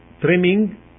trimming